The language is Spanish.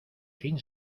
sin